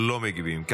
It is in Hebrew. לא מגיבים.